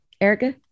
erica